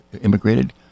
immigrated